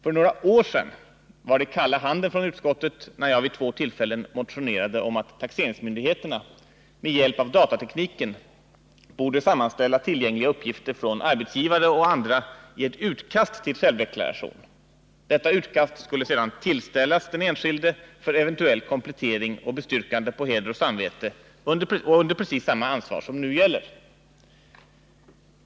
För några år sedan var det kalla handen från utskottet när jag vid två tillfällen motionerade om att taxeringsmyndigheterna med hjälp av datatekniken borde sammanställa tillgängliga uppgifter från arbetsgivare och andra i ett utkast till självdeklaration. Detta utkast skulle sedan tillställas den enskilde för eventuell komplettering och bestyrkande på heder och samvete och under precis samma ansvar som nu gäller.